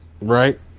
Right